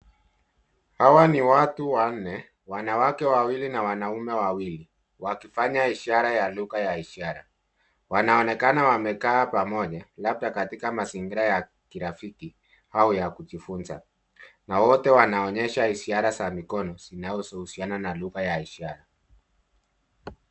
Hawa ni watu wanne wanawake wawili na wanaume wawili wakifanya ishara ya lugha ya ishara. Wanaonekana wamekaa pamoja labda katika mazingira ya kirafiki au ya kijifunza na wote wanaonyesha ishara za mikono zinazohusiana na lugha ya ishara.